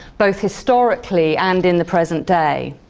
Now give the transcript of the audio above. both historically and in the present day.